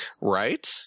Right